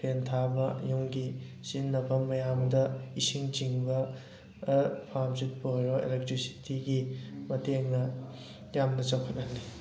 ꯐꯦꯟ ꯊꯥꯕ ꯌꯨꯝꯒꯤ ꯁꯤꯖꯤꯟꯅꯕ ꯃꯌꯥꯝꯗ ꯏꯁꯤꯡ ꯆꯤꯡꯕ ꯐꯥꯝ ꯁꯤꯠꯄ ꯑꯣꯏꯔꯣ ꯑꯦꯂꯦꯛꯇ꯭ꯔꯤꯁꯤꯇꯤꯒꯤ ꯃꯇꯦꯡꯅ ꯌꯥꯝꯅ ꯆꯥꯎꯈꯠꯍꯜꯂꯤ